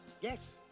Yes